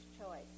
choice